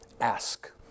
Ask